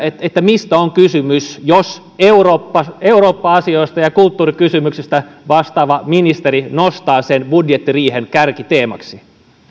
mistä on kysymys jos eurooppa eurooppa asioista ja kulttuurikysymyksistä vastaava ministeri nostaa sen budjettiriihen kärkiteemaksi